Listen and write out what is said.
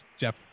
Jeff